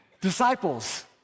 disciples